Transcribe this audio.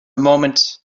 moment